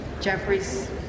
Jeffries